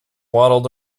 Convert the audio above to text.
waddled